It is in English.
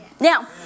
Now